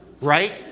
right